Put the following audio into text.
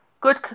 good